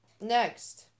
Next